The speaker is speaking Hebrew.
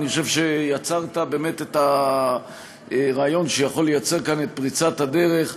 אני חושב שיצרת באמת את הרעיון שיכול לייצר כאן את פריצת הדרך,